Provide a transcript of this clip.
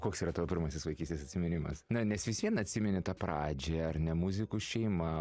koks yra tavo pirmasis vaikystės atsiminimas na nes vis vien atsimeni tą pradžią ar ne muzikų šeima